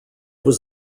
was